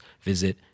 visit